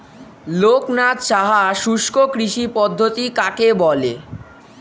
লোকনাথ সাহা শুষ্ককৃষি পদ্ধতি কাকে বলে?